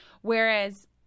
whereas –